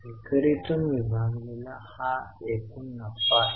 विक्री तून विभागलेला हा एकूण नफा आहे